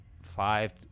five